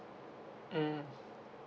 mm